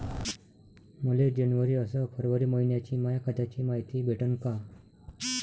मले जनवरी अस फरवरी मइन्याची माया खात्याची मायती भेटन का?